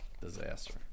Disaster